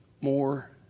more